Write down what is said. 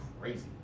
crazy